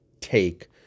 take